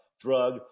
drug